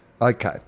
Okay